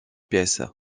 pièce